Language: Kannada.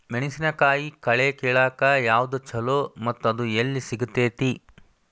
ಮೆಣಸಿನಕಾಯಿ ಕಳೆ ಕಿಳಾಕ್ ಯಾವ್ದು ಛಲೋ ಮತ್ತು ಅದು ಎಲ್ಲಿ ಸಿಗತೇತಿ?